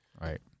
Right